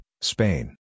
Spain